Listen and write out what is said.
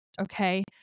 Okay